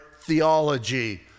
theology